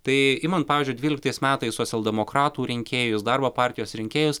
tai imant pavyzdžiui dvyliktais metais socialdemokratų rinkėjus darbo partijos rinkėjus